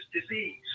Disease